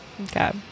Okay